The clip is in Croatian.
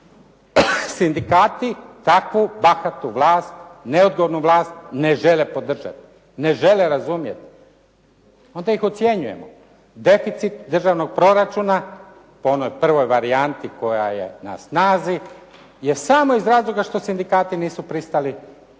Sindikati takvu bahatu vlast, neodgovornu vlast ne žele podržati, ne žele razumijeti. Onda ih ocjenjujemo. Deficit državnog proračuna u onoj prvoj varijanti koja je na snazi je samo iz razloga što sindikati nisu pristali